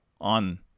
on